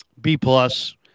B-plus